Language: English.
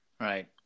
Right